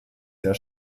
sehr